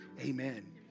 Amen